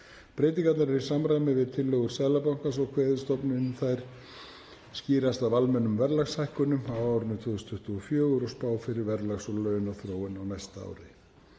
Breytingarnar eru í samræmi við tillögur Seðlabankans og kveður stofnunin þær skýrast af almennum verðlagshækkunum á árinu 2024 og spá fyrir verðlags- og launaþróun á næsta ári.